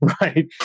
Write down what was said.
right